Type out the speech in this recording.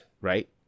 Right